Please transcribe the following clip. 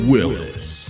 Willis